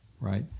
right